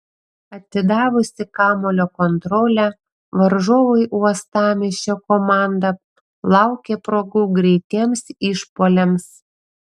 atidavusi kamuolio kontrolę varžovui uostamiesčio komanda laukė progų greitiems išpuoliams